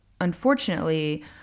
unfortunately